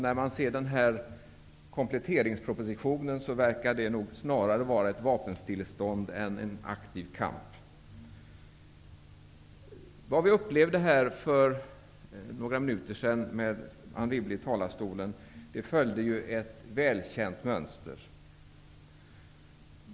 När man ser kompletteringspropositionen verkar det nog snarare vara ett vapenstillestånd än en aktiv kamp. Vad vi upplevde här för några minuter sedan med Anne Wibble i talarstolen följde ett välkänt mönster.